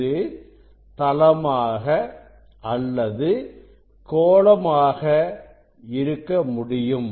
இது தளமாக அல்லது கோளமாக இருக்க முடியும்